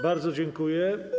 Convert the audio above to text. Bardzo dziękuję.